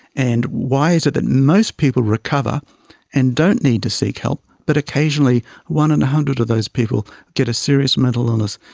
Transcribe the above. and why is it that most people recover and don't need to seek help but occasionally one in one hundred of those people get a serious mental illness?